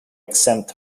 exempt